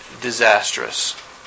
disastrous